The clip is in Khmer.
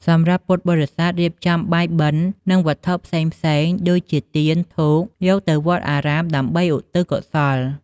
សម្រាប់ពុទ្ធបរិស័ទ រៀបចំបាយបិណ្ឌ និងវត្ថុផ្សេងៗ ដូចជាទាន ធូប យកទៅវត្តអារាមដើម្បីឧទ្ទិសកុសល។